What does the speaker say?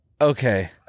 okay